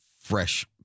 fresh